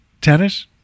Tennis